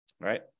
right